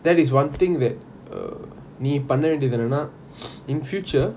that is one thing that err நீ பண்ண வேண்டியது என்னனா:nee panna vendiyathu ennana in future